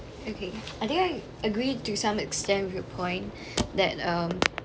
okay I think I agree to some extent your point that um